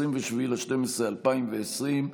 20 בדצמבר 2020,